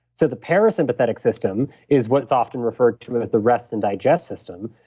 so the parasympathetic system is what's often referred to as the rest and digest system.